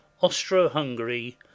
Austro-Hungary